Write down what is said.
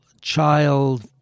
child